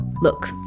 Look